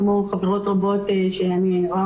כמו חברות רבות שאני רואה,